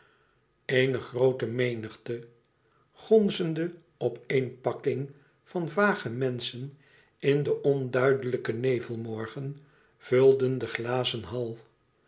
eene groote menigte gonzende opeenpakking van vage menschen in den onduidelijken nevelmorgen vulde den glazen hall